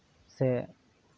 ᱥᱮ